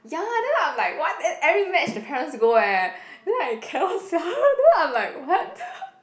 ya then I'm like what then every match the parents go eh then I cannot sia then I'm like what